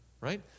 right